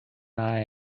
eye